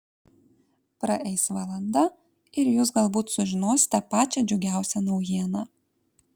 praeis valanda ir jūs galbūt sužinosite pačią džiugiausią naujieną